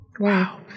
Wow